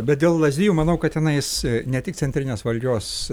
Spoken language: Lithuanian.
bet dėl lazdijų manau kad tenais ne tik centrinės valdžios